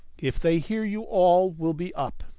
if they hear you all will be up.